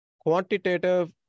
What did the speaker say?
quantitative